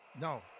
No